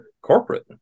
corporate